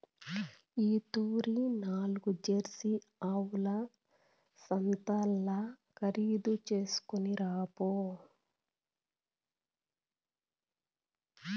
ఈ తూరి నాల్గు జెర్సీ ఆవుల సంతల్ల ఖరీదు చేస్కొని రాపో